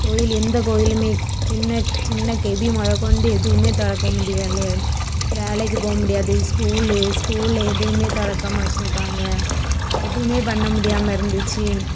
கோயில் எந்த கோயிலுமே சின்ன சின்ன கெபி மொதல் கொண்டு எதுவுமே திறக்க முடியல வேலைக்கு போக முடியாது ஸ்கூல்லு ஸ்கூல் எதுவுமே திறக்காம வெச்சுருப்பாங்க எதுவுமே பண்ண முடியாமல் இருந்துச்சு